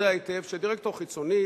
יודע היטב שדירקטור חיצוני,